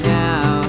now